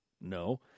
No